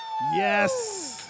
Yes